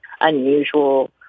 unusual